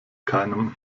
keinem